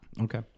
Okay